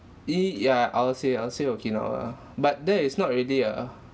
y~ ya I'll say I'll say okinawa but that is not really a